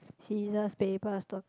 scissors paper stone